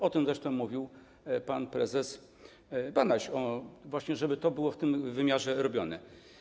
O tym zresztą mówił pan prezes Banaś właśnie, żeby to było w tym wymiarze robione.